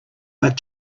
but